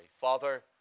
Father